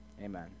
Amen